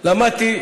אבל למדתי.